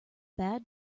bad